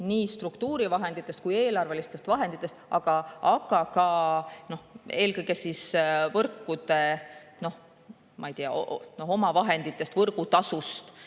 nii struktuurivahenditest kui ka eelarvelistest vahenditest, aga eelkõige võrkude, ma ei tea, omavahenditest, võrgutasust,